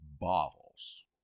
bottles